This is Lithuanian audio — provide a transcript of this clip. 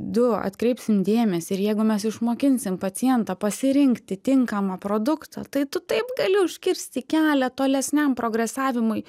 du atkreipsim dėmesį ir jeigu mes išmokinsim pacientą pasirinkti tinkamą produktą tai tu taip gali užkirsti kelią tolesniam progresavimui